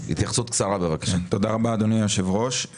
תודה רבה, אדוני היושב-ראש.